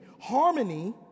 harmony